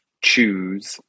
choose